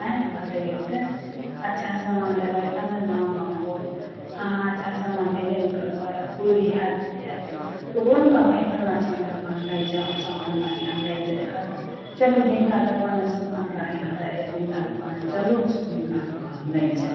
आँए बतैऔ तऽ अच्छा समान देबै तब ने नाम गाम होत अहाँ अच्छा समान देबे नहि करबै अब कोइ भी आदमी आएत तऽ ओकरो ने कहबै हइ फल्लाँ चिल्लाँ दोकान नहि जाउ समान बढ़िआँ नहि दै हइ चलू जिनका दोकानमे समान बढ़िआँ दै हइ तिनका दोकान चलू से हुनका दोकान नहि जाउ